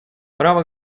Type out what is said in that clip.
право